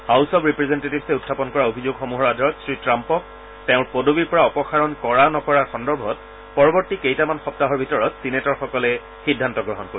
house of ৰিপ্ৰেজেণ্টেটিভছে উখাপন কৰা অভিযোগসমূহৰ আধাৰত শ্ৰীট্টাম্পক তেওঁৰ পদবীৰ পৰা অপসাৰণ কৰা নকৰাৰ সন্দৰ্ভত পৰৱৰ্তী কেইটামান সপ্তাহৰ ভিতৰত ছিনেটৰসকলে সিদ্ধান্ত গ্ৰহণ কৰিব